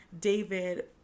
David